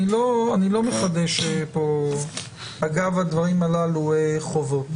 אני לא מחדש אגב הדברים הללו חובות.